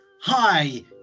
Hi